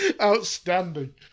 Outstanding